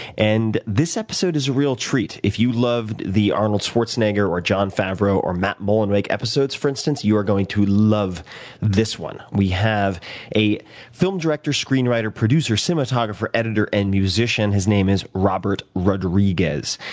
and this episode is a real treat. if you loved the arnold schwarzenegger or jon favreau or matt mullenweg episodes, for instance, you are going to love this one. we have a film director, screen writer, producer, cinematographer, editor, and musician. his name is robert rodriguez.